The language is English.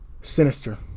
Sinister